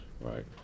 Right